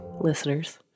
listeners